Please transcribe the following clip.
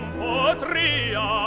potria